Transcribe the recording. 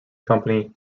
company